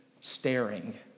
staring